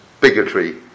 bigotry